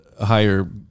higher